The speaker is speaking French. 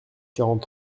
quarante